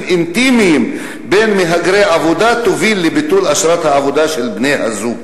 אינטימיים בין מהגרי עבודה תוביל לביטול אשרת העבודה של בני-הזוג.